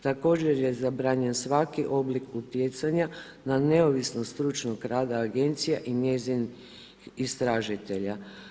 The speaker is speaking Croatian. Također je zabranjen svaki oblik utjecanja na neovisnog stručnog rada agencije i njezin istražitelja.